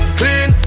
clean